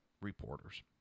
reporters